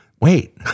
Wait